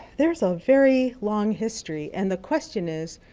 there's a very long history and the question is,